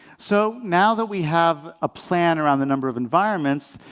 so now that we have a plan around the number of environments,